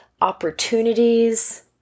opportunities